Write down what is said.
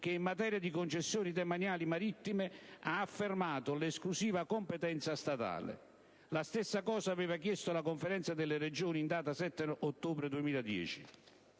che, in materia di concessioni demaniali marittime, ha affermato l'esclusiva competenza statale. La stessa cosa aveva chiesto la Conferenza delle Regioni in data 7 ottobre 2010.